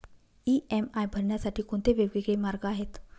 EMI भरण्यासाठी कोणते वेगवेगळे मार्ग आहेत?